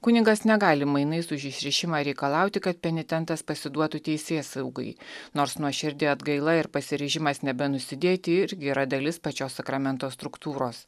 kunigas negali mainais už išrišimą reikalauti kad penitentas pasiduotų teisėsaugai nors nuoširdi atgaila ir pasiryžimas nebenusidėti irgi yra dalis pačios sakramento struktūros